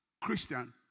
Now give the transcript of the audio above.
Christian